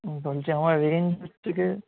বলছি আমার রেঞ্জ হচ্ছে কি